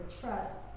trust